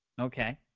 okay